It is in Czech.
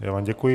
Já vám děkuji.